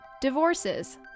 divorces